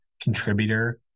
contributor